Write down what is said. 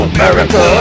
America